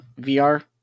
VR